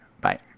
Bye